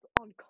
on